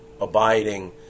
abiding